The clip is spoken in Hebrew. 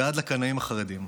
ועד לקנאים החרדים,